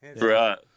Right